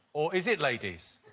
or is it, ladies?